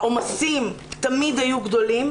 העומסים תמיד היו גדולים.